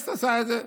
הכנסת עושה את זה.